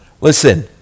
Listen